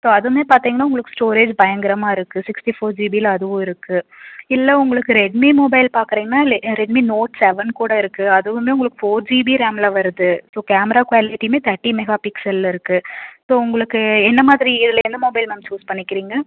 so அதுவுமே பார்த்தீங்னா உங்களுக்கு ஸ்டோரேஜ் பயங்கரமாக இருக்குது சிக்ஸ்டி ஃபோர் ஜிபியில் அதுவும் இருக்குது இல்லை உங்களுக்கு ரெட்மி மொபைல் பார்க்கறீங்னா லே ரெட்மி நோட் செவன் கூட இருக்குது அதுவுமே உங்களுக்கு ஃபோர் ஜிபி ரேம்ல வருது ஸோ கேமரா குவாலிட்டியுமே தேட்டி மெகா பிக்சல்ல இருக்குது ஸோ உங்களுக்கு என்ன மாதிரி இதில் எந்த மொபைல் மேம் சூஸ் பண்ணிக்கிறீங்க